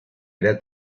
era